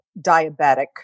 diabetic